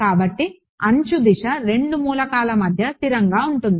కాబట్టి అంచు దిశ రెండు మూలకాల మధ్య స్థిరంగా ఉంటుంది